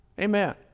Amen